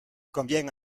convient